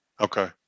Okay